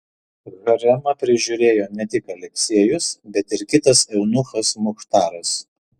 haremą prižiūrėjo ne tik aleksejus bet ir kitas eunuchas muchtaras